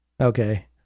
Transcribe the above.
Okay